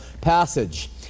passage